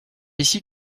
ici